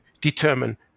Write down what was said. determine